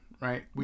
Right